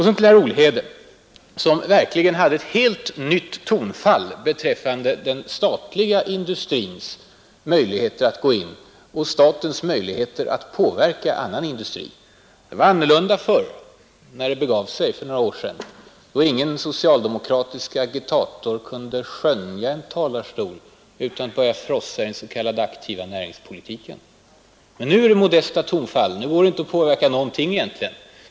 Så till herr Olhede, som verkligen hade ett helt nytt tonfall beträffande den statliga industrins möjligheter att gå in och statens möjligheter att påverka annan industri. Det var annorlunda när det begav sig för några år sedan, då ingen socialdemokratisk agitator kunde skönja en talarstol utan att börja frossa i den s.k. aktiva näringspolitiken. Men nu är det modesta tonfall; nu går det inte att påverka någonting.